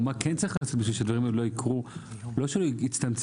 מה צריך לעשות כדי שהדברים האלה לא יקרו כלל ולא רק יצטמצמו?